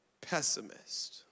pessimist